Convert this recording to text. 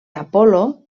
apol·lo